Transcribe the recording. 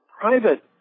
private